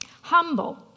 humble